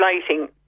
lighting